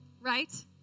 right